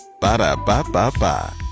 Ba-da-ba-ba-ba